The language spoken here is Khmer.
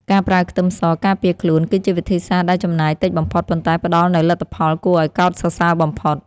ការប្រើខ្ទឹមសការពារខ្លួនគឺជាវិធីសាស្ត្រដែលចំណាយតិចបំផុតប៉ុន្តែផ្តល់នូវលទ្ធផលគួរឱ្យកោតសរសើរបំផុត។